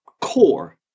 core